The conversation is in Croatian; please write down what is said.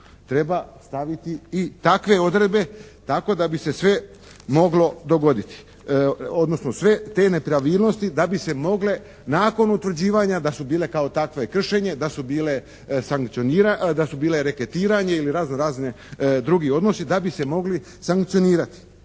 treba staviti i takve odredbe tako da bi se sve moglo dogoditi odnosno sve te nepravilnosti da bi se mogle nakon utvrđivanja da su bile kao takve kršenje, da su bile reketiranje ili razno-razne drugi odnosi da bi se mogli sankcionirati.